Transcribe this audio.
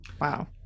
Wow